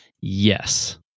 Yes